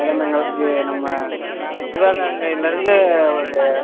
வேடந்தாங்கல்க்கு நம்ம சிவகங்கைலேர்ந்து ஒரு